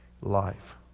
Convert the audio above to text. life